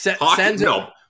No